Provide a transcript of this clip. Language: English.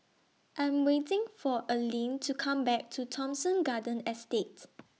I'm waiting For Aleen to Come Back to Thomson Garden Estate